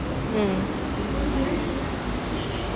mm